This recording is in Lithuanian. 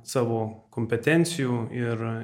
savo kompetencijų ir